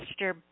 Mr